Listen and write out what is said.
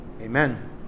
Amen